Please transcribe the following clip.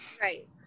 right